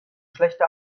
schlechte